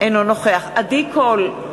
אינו נוכח עדי קול,